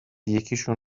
یکیشون